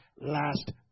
last